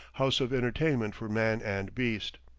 house of entertainment for man and beast.